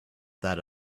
that